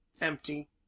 Empty